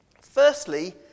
Firstly